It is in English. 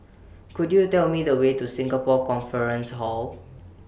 Could YOU Tell Me The Way to Singapore Conference Hall